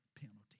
penalty